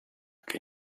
che